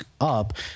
up